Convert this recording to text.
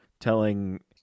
telling